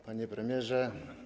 Panie Premierze!